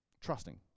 trusting